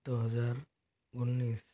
दो हजार उन्नीस